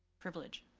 privilege.